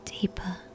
Deeper